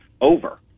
over